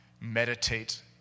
meditate